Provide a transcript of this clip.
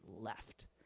left